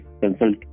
consult